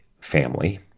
family